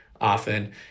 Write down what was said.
often